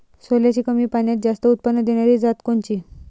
सोल्याची कमी पान्यात जास्त उत्पन्न देनारी जात कोनची?